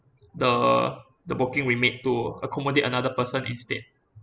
the the booking we made to accommodate another person instead